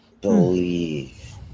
believe